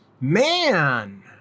man